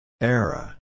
Era